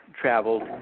traveled